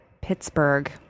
Pittsburgh